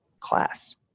class